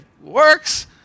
works